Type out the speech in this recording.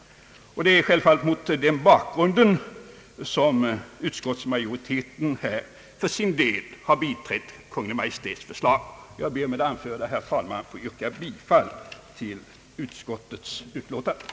Det är självfallet mot den bakgrunden som utskottsmajoriteten har biträtt Kungl. Maj:ts förslag. Jag ber med det anförda, herr talman, att få yrka bifall till utskottets hemställan.